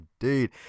indeed